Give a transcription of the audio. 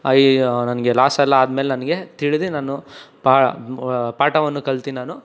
ಅಯ್ಯೋ ನನಗೆ ಲಾಸ್ ಎಲ್ಲ ಆದ್ಮೇಲೆ ನನಗೆ ತಿಳಿದು ನಾನು ಪಾಠವನ್ನು ಕಲ್ತು ನಾನು